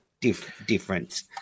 difference